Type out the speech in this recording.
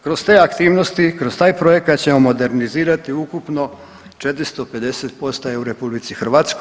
Kroz te aktivnosti, kroz taj projekat ćemo modernizirati ukupno 450 postaja u RH.